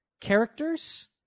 characters